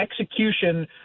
execution